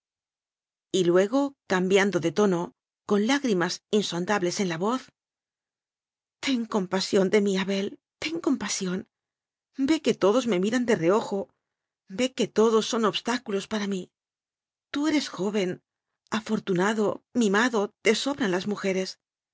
luego cambiando de tono con lágrimas insondables en la voz ten compasión de mí abel ten compa sión ve que todos me miran de reojo ve que todos son obstáculos para mí tú eres joven afortunado mimado te sobran mu jeres